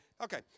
okay